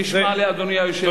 אני נשמע לאדוני היושב-ראש.